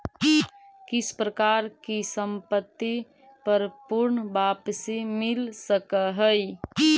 किस प्रकार की संपत्ति पर पूर्ण वापसी मिल सकअ हई